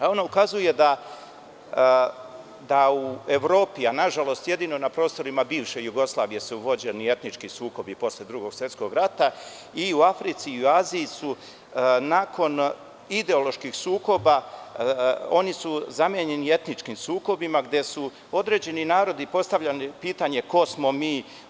Ona ukazuje da u Evropi, a nažalost jedino na prostorima bivše Jugoslavije su vođeni etnički sukobi posle Drugog svetskog rata, i u Africi i u Aziji su nakon ideoloških sukoba zamenjeni etničkim sukobima gde su određeni narodi postavljali pitanje ko smo mi.